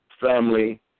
family